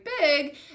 big